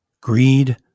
Greed